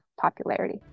popularity